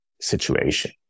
situation